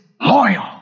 loyal